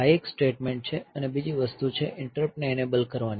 આ એક સ્ટેટમેન્ટ છે અને બીજી વસ્તુ છે ઇન્ટરપ્ટને એનેબલ કરવાની